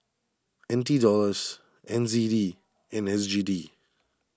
N T Dollars N Z D and S G D